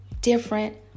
different